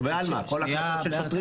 לא בעלמא, כל הקלטות של שוטרים.